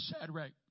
Shadrach